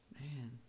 Man